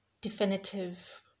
definitive